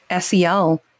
SEL